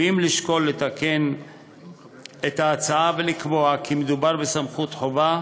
וגם לשקול לתקן את ההצעה ולקבוע כי מדובר בסמכות חובה,